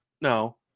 no